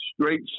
straight